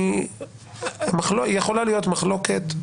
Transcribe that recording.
ואומר שיכולה להיות מחלוקת.